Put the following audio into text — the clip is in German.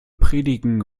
predigen